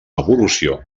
evolució